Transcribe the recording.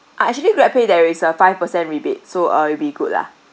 uh actually GrabPay there is a five percent rebate so uh it'll be good lah